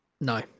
No